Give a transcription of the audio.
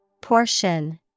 Portion